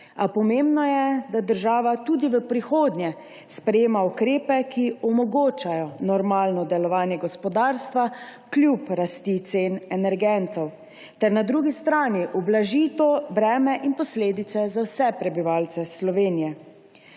A pomembno je, da država tudi v prihodnje sprejema ukrepe, ki omogočajo normalno delovanje gospodarstva kljub rasti cen energentov, ter na drugi strani ublaži to breme in posledice za vse prebivalce Slovenije.